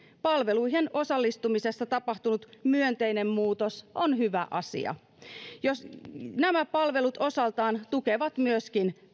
palveluihin osallistumisessa tapahtunut myönteinen muutos on hyvä asia nämä palvelut osaltaan tukevat myöskin